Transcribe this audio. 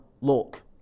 look